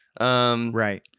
right